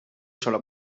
sola